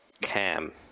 cam